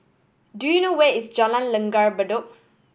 do you know where is Jalan Langgar Bedok